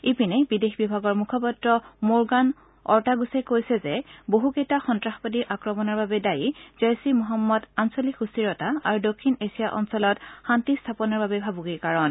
ইপিনে বিদেশ বিভাগৰ মুখপাত্ৰ মোৰগান অৰ্টাগুছে কৈছে যে বহুকেইটা সন্তাসবাদী আক্ৰমণৰ বাবে দায়ী জইছ ই মহম্মদ আঞ্চলিক সুস্থিৰতা আৰু দক্ষিণ এছিয়া অঞ্চলত শান্তি স্থাপনৰ বাবে ভাবুকিৰ কাৰণ